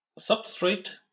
substrate